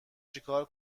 چیکار